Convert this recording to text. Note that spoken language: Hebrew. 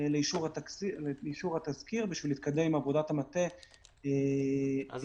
לאישור התזכיר בשביל להתקדם עם עבודת המטה ביחס --- אז